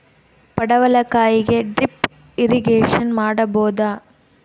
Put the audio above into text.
ಪಡವಲಕಾಯಿಗೆ drip irrigation ಮಾಡಬೋದ?